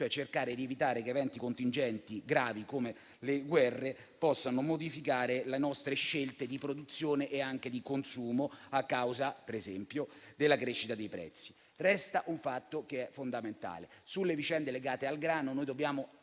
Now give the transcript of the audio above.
cioè nel cercare di evitare che eventi contingenti gravi come le guerre possano modificare le nostre scelte di produzione e anche di consumo a causa, per esempio, della crescita dei prezzi. Resta un fatto fondamentale: sulle vicende legate al grano dobbiamo